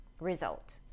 result